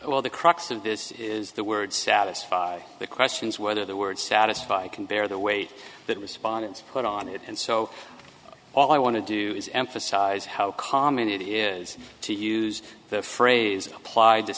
well the crux of this is the words satisfy the questions whether the words satisfy can bear the weight that respondents put on it and so all i want to do is emphasize how common it is to use the phrase applied to